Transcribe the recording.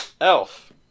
elf